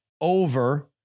over